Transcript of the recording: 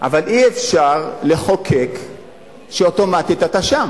אבל אי-אפשר לחוקק שאוטומטית אתה שם.